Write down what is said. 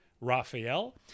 Raphael